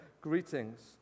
greetings